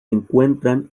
encuentran